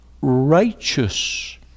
righteous